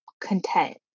content